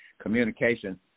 communication